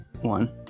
one